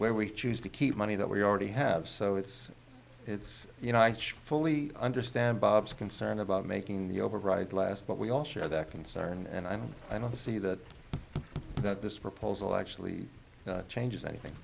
where we choose to keep money that we already have so it's it's you know i fully understand bob's concern about making the override last but we all share that concern and i don't i don't see that that this proposal actually changes anything